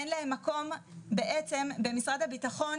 אין להן מקום בעצם במשרד הביטחון,